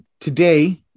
Today